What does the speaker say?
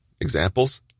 Examples